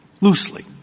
loosely